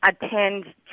attend